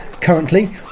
Currently